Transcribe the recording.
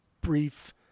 brief